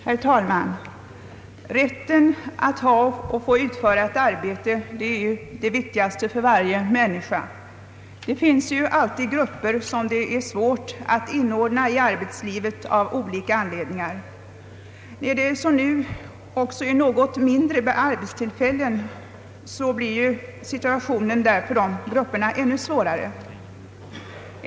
Herr talman! Rätten att ha och få utföra ett arbete är ju det viktigaste för varje människa. Det finns ju alltid grupper som det är svårt att inordna i arbetslivet av olika anledningar. När det som nu är något mindre arbetstillfällen så blir situationen för dessa grupper ännu svårare.